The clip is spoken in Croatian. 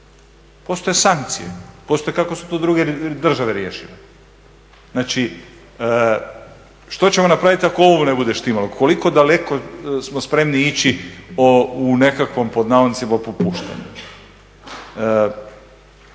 Postoje sankcije, postoje kako su to druge države riješile. Znači, što ćemo napraviti ako ovo ne bude štimalo, koliko daleko smo spremni ići u nekakvom, pod navodnicima, popuštanju.